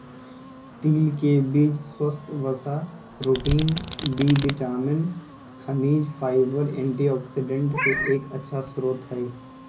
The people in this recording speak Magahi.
तिल के बीज स्वस्थ वसा, प्रोटीन, बी विटामिन, खनिज, फाइबर, एंटीऑक्सिडेंट के एक अच्छा स्रोत हई